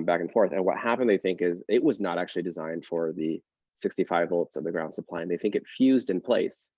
back and forth. and what happened, they think, is it was not actually designed for the sixty five volts in the ground supply, and they think it fused in place.